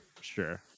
sure